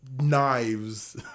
knives